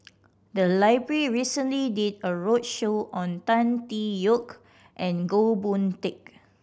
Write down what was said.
the library recently did a roadshow on Tan Tee Yoke and Goh Boon Teck